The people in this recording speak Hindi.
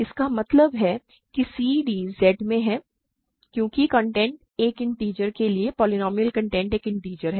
इसका मतलब है कि cd Z में है क्योंकि कॉन्टेंट एक इन्टिजर के लिए है पोलीनोमिअल कॉन्टेंट एक इन्टिजर है